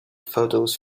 photos